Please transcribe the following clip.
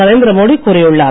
நரேந்திரமோடி கூறியுள்ளார்